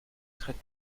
très